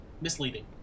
Misleading